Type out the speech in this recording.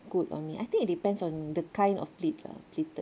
good on me I think depends on the kind of pleat lah pleated